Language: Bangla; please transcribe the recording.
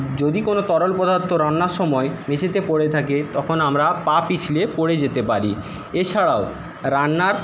যদি কোনও তরল পদার্থ রান্নার সময় মেঝেতে পড়ে থাকে তখন আমরা পা পিছলে পড়ে যেতে পারি এছড়াও রান্নার